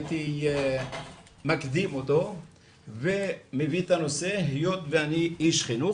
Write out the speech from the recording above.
הייתי מקדים אותו ומביא את הנושא היות ואני איש חינוך,